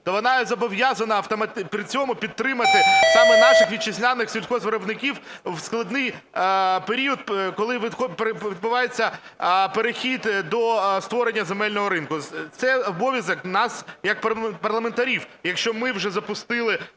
то вона зобов'язана при цьому підтримати саме наших вітчизняних сільгоспвиробників в складний період, коли відбувається перехід до створення земельного ринку. Це обов'язок нас як парламентарів. Якщо ми вже запустили